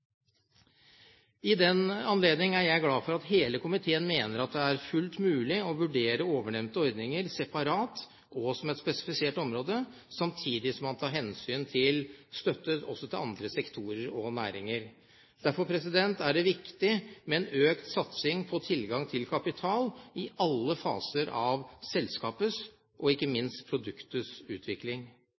I den anledning er jeg glad for at hele komiteen mener at det er fullt mulig å vurdere ovennevnte ordninger separat og som et spesifisert område, samtidig som man tar hensyn til støtte også til andre sektorer og næringer. Derfor er det viktig med en økt satsing på tilgang til kapital i alle faser av selskapets og ikke minst produktets utvikling.